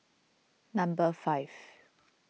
number five